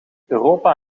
europa